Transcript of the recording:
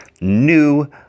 New